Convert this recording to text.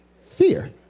Fear